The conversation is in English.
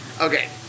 okay